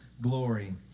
glory